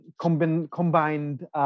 combined